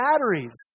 batteries